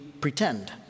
pretend